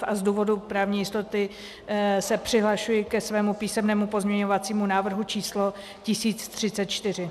Z důvodu právní jistoty se přihlašuji ke svému písemnému pozměňovacímu návrhu číslo 1034.